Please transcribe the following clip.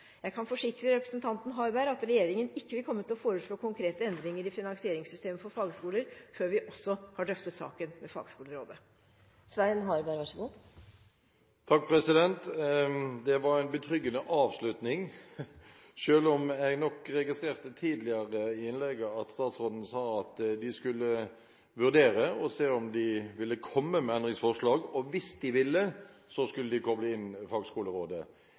Jeg kan forsikre representanten Harberg om at regjeringen ikke vil komme til å foreslå konkrete endringer i finansieringssystemet for fagskoler før vi også har drøftet saken med fagskolerådet. Det var en betryggende avslutning – selv om jeg registrerte tidligere i innlegget at statsråden sa at de skulle vurdere å se om de ville komme med endringsforslag, og hvis de ville, skulle de koble inn fagskolerådet.